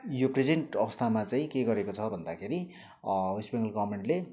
यो प्रेजेन्ट अवस्थामा चाहिँ के गरेको छ भन्दाखेरि वेस्ट बेङ्गाल गर्मेन्टले